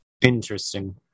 Interesting